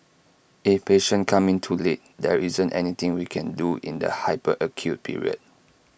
if patients come in too late there isn't anything we can do in the hyper acute period